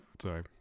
Sorry